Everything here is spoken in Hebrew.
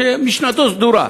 שמשנתו סדורה,